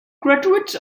graduates